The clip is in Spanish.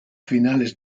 finales